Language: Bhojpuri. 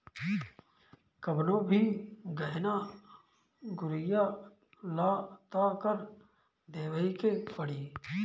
कवनो भी गहना गुरिया लअ तअ कर देवही के पड़ी